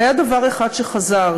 והיה דבר אחד שחזר,